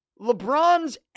LeBron's